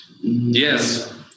Yes